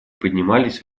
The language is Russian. поднимались